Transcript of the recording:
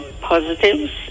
positives